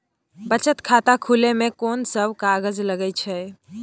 बचत खाता खुले मे कोन सब कागज लागे छै?